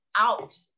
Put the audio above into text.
out